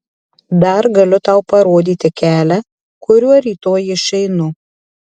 dar galiu tau parodyti kelią kuriuo rytoj išeinu